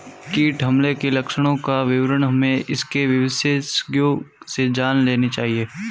कीट हमले के लक्षणों का विवरण हमें इसके विशेषज्ञों से जान लेनी चाहिए